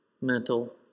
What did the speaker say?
mental